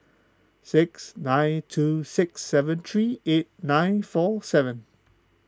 six nine two six seven three eight nine four seven